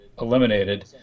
eliminated